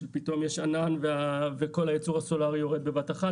שפתאום יש ענן וכל הייצור הסולארי יורד בבת אחת,